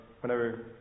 whenever